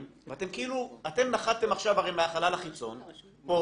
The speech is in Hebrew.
ואתם כאילו נחתם עכשיו מהחלל החיצון פה,